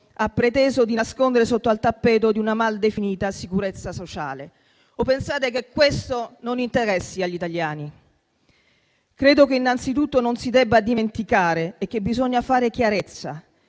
ha preteso di nascondere sotto il tappeto di una mal definita sicurezza sociale. Pensate che questo non interessi agli italiani? Credo che innanzitutto non si debba dimenticare e che occorra far chiarezza,